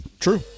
True